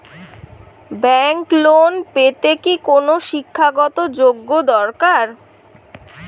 Bank loan পেতে কি কোনো শিক্ষা গত যোগ্য দরকার?